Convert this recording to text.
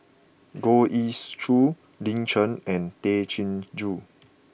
Goh Ee Choo Lin Chen and Tay Chin Joo